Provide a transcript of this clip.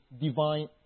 divine